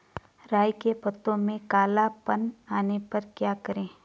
राई के पत्तों में काला पन आने पर क्या करें?